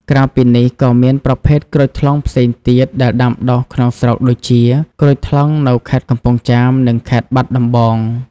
ក្រៅពីនេះ ក៏មានប្រភេទក្រូចថ្លុងផ្សេងទៀតដែលដាំដុះក្នុងស្រុកដូចជា ក្រូចថ្លុងនៅខេត្តកំពង់ចាម និងខេត្តបាត់ដំបង។